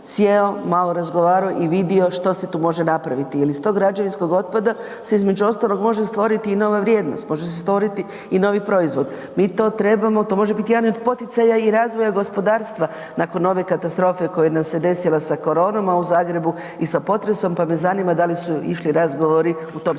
sjeo, malo razgovarao i vidio što se tu može napraviti. Jel iz tog građevinskog otpada se između ostalog može stvoriti i nova vrijednost, može se stvoriti i novi proizvod. Mi to trebamo, to može bit jedan i od poticaja i razvoja gospodarstva nakon ove katastrofe koja nam se desila sa koronom, a u Zagrebu i sa potresom, pa me zanima da li su išli razgovori u tom smjeru?